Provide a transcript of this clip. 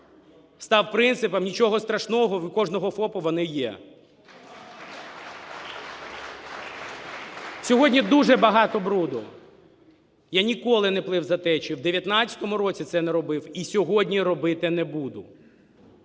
став принципом "нічого страшного, у кожного ФОПа вони є". Сьогодні дуже багато бруду. Я ніколи не плив за течією, у 2019 році це я не робив і сьогодні робити не буду.